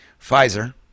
pfizer